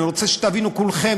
אני רוצה שתבינו כולכם,